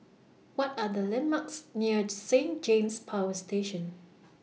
What Are The landmarks near Saint James Power Station